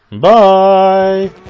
Bye